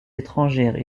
étrangères